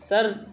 sir